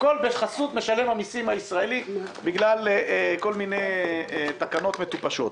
הכול בחסות משלם המסים הישראלי בגלל כל מיני תקנות מטופשות.